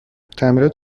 تعمیرات